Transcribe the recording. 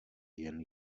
jen